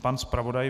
Pan zpravodaj.